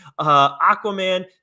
Aquaman